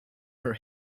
her